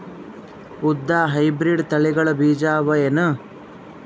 ಉದ್ದ ಹೈಬ್ರಿಡ್ ತಳಿಗಳ ಬೀಜ ಅವ ಏನು?